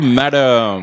madam